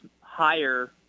higher